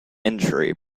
injury